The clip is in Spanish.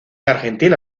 argentina